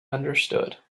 understood